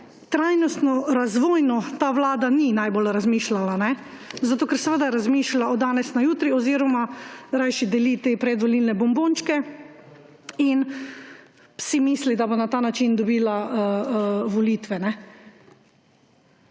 trajnostno, razvojno ta vlada ni najbolj razmišljala, zato ker razmišlja od danes na jutri oziroma rajši deli te predvolilne bombončke in si misli, da bo na ta način dobila volitve,